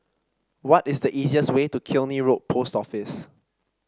what is the easiest way to Killiney Road Post Office